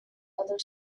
other